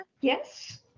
Yes